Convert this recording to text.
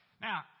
Now